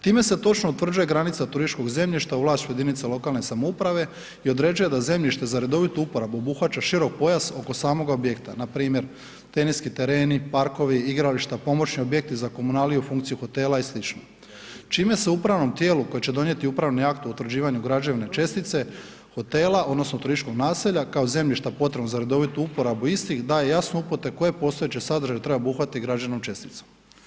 Time se točno utvrđuje granica turističkog zemljišta u vlasništvu jedinica lokalne samouprave i određuje da zemljište za redovitu uporabu obuhvaća širok pojas oko samog objekta npr. tenisi tereni, parkovi, igrališta, pomoćni objekti za komunaliju, funkciju hotela i sl. čime se upravnom tijelu koje će donijeti upravni akt o utvrđivanje građevine čestice hotela odnosno turističkog naselja kao zemljišta potrebnog za redovitu uporabu istih daje jasne upute koje postojeće sadržaje treba obuhvatiti građevnom česticom.